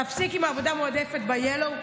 תפסיק עם העבודה המועדפת ב-yellow,